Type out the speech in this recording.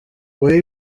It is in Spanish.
puede